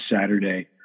Saturday